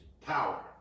power